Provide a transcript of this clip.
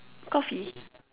coffee